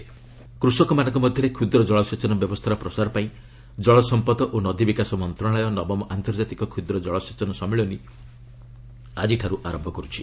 irrigation conference କୃଷକମାନଙ୍କ ମଧ୍ୟରେ କ୍ଷୁଦ୍ର ଜଳସେଚନ ବ୍ୟବସ୍ଥାର ପ୍ରସାର ପାଇଁ ଜଳସମ୍ପଦ ଓ ନଦୀ ବିକାଶ ମନ୍ତ୍ରଣାଳୟ ନବମ ଆନ୍ତର୍ଜାତିକ କ୍ଷୁଦ୍ର ଜଳସେଚନ ସମ୍ମିଳନୀ ଆଜିଠାରୁ ଆରମ୍ଭ କରୁଛି